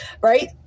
right